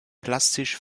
plastisch